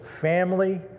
family